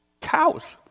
cows